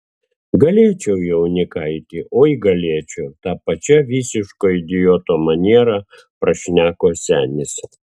galėčiau jaunikaiti oi galėčiau ta pačia visiško idioto maniera prašneko senis